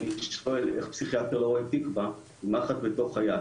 איך פסיכיאטר לא רואה את תקווה עם מחט בתוך היד?